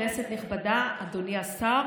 כנסת נכבדה, אדוני השר,